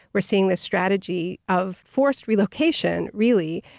we're seeing this strategy of forestry location, really,